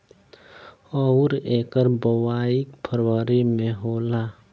अउर एकर बोवाई फरबरी मे होला